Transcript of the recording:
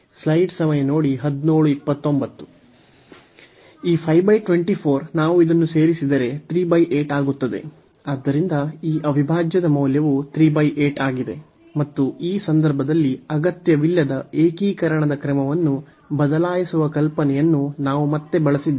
ಆದ್ದರಿಂದ ಈ ಅವಿಭಾಜ್ಯದ ಮೌಲ್ಯವು 38 ಆಗಿದೆ ಮತ್ತು ಈ ಸಂದರ್ಭದಲ್ಲಿ ಅಗತ್ಯವಿಲ್ಲದ ಏಕೀಕರಣದ ಕ್ರಮವನ್ನು ಬದಲಾಯಿಸುವ ಕಲ್ಪನೆಯನ್ನು ನಾವು ಮತ್ತೆ ಬಳಸಿದ್ದೇವೆ